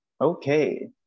Okay